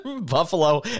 Buffalo